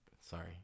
Sorry